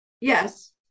yes